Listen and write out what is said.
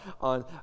on